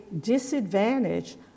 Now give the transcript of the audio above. disadvantage